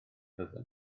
fyddwn